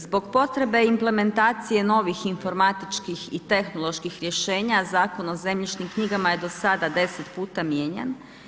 Zbog potrebe implementacije novih informatičkih i tehnoloških rješenja Zakon o zemljišnim knjigama je do sada 10 puta mijenjan.